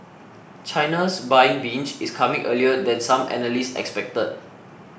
China's buying binge is coming earlier than some analysts expected